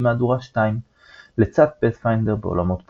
מהדורה 2 לצד פאת'פיינדר בעולמות פראיים.